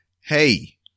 Hey